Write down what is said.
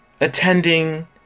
attending